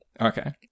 Okay